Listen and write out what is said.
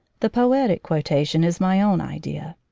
the poetic quotation is my own idea.